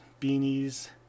beanies